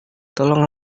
tolong